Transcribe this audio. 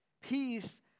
Peace